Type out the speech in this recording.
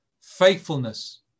faithfulness